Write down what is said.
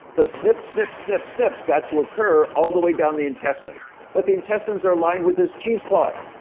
because snip, snip, snip, snip's got to occur all the way down the intestines but the intestines are lined with these cheese cloth.